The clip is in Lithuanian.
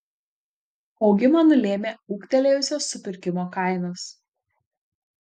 augimą nulėmė ūgtelėjusios supirkimo kainos